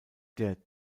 der